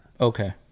Okay